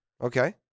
Okay